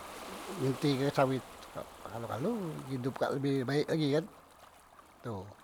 Nge ngenti e sawet kak kalu- kalu idop kak lebih baek lagi kan tu.